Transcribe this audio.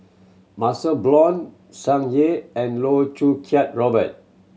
MaxLe Blond Tsung Yeh and Loh Choo Kiat Robert